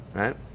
right